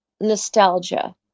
nostalgia